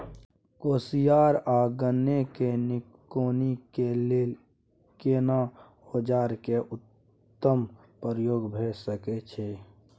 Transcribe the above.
कोसयार आ गन्ना के निकौनी के लेल केना औजार के उत्तम प्रयोग भ सकेत अछि?